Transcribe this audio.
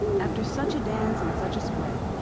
after such a dance and such a spread,